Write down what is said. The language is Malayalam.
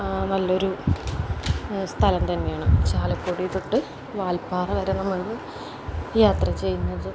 നല്ലയൊരു സ്ഥലം തന്നെയാണ് ചാലക്കുടി തൊട്ട് വാൽപ്പാറ വരെ നമ്മള് യാത്ര ചെയ്യുന്നത്